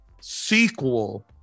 sequel